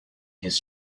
his